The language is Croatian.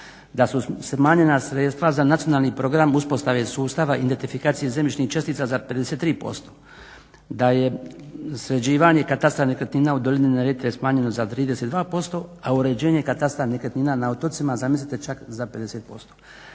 da su smanjena sredstva za nacionalni program uspostave sustava identifikacije zemljišnih čestica za 53%, da je sređivanje katastra nekretnina u dolini Neretve smanjeno za 32%, a uređenje katastra nekretnina na otocima zamislite čak za 50%.